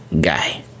guy